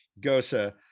gosa